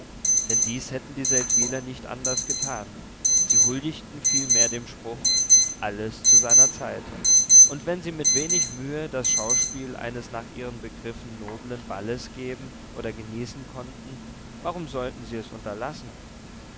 denn dies hätten die seldwyler nicht anders getan sie huldigten vielmehr dem spruch alles zu seiner zeit und wenn sie mit wenig mühe das schauspiel eines nach ihren begriffen noblen balles geben oder genießen konnten warum sollten sie es unterlassen